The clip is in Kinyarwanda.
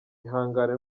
ihangane